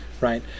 right